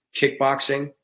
kickboxing